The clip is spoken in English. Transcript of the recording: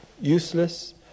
useless